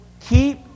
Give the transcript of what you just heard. Keep